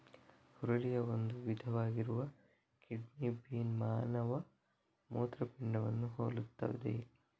ಹುರುಳಿಯ ಒಂದು ವಿಧವಾಗಿರುವ kidney bean ಮಾನವ ಮೂತ್ರಪಿಂಡವನ್ನು ಹೋಲುತ್ತದೆ